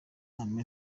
nama